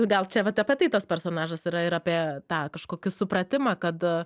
gal čia vat apie tai tas personažas yra ir apie tą kažkokį supratimą kad